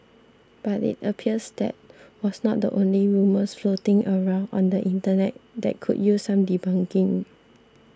but it appears that was not the only rumours floating around on the Internet that could use some debunking